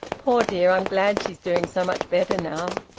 poor dear, i'm glad she's doing so much better now.